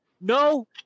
No